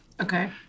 Okay